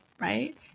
right